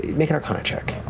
make an arcana check.